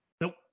Nope